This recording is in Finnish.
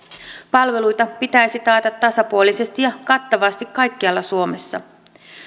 palveluita pitäisi taata tasapuolisesti ja kattavasti kaikkialla suomessa